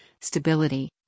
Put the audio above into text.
stability